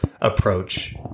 approach